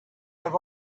have